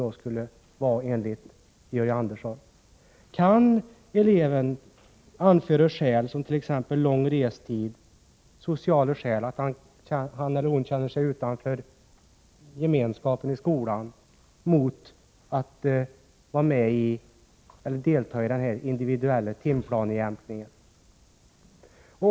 Kan eleven anföra skäl — t.ex. att eleven har lång restid, att eleven har sociala skäl eller att eleven känner sig utanför gemenskapen i skolan — mot att delta i denna individuella timplanejämkning?